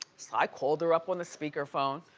so i called her up on the speaker phone,